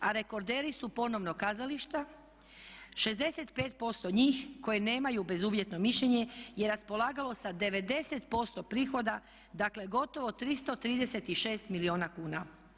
A rekorderi su ponovno kazališta, 65% njih koji nemaju bezuvjetno mišljenje je raspolagalo sa 90% prihoda, dakle gotovo 336 milijuna kuna.